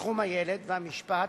בתחום הילד והמשפט